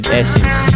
essence